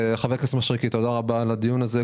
חבר הכנסת מישרקי, תודה רבה על הדיון הזה.